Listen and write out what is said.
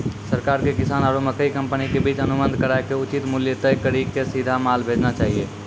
सरकार के किसान आरु मकई कंपनी के बीच अनुबंध कराय के उचित मूल्य तय कड़ी के सीधा माल भेजना चाहिए?